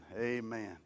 Amen